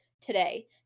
today